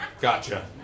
Gotcha